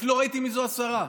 אפילו לא ראיתי מי זו השרה.